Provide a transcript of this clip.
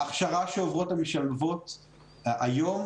ההכשרה שעוברות המשלבות היום,